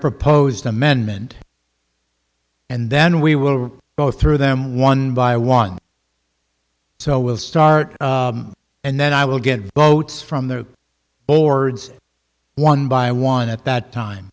proposed amendment and then we will go through them one by one so we'll start and then i will get votes from the boards one by one at that time